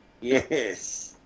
Yes